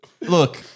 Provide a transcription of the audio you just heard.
Look